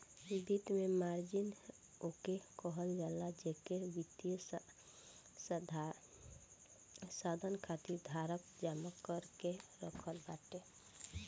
वित्त में मार्जिन ओके कहल जाला जेके वित्तीय साधन खातिर धारक जमा कअ के रखत बाटे